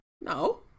No